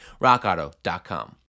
rockauto.com